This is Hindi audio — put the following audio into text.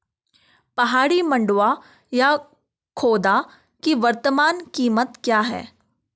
पहाड़ी मंडुवा या खोदा की वर्तमान कीमत क्या है?